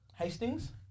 Hastings